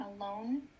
alone